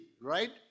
right